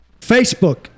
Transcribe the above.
Facebook